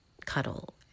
cuddle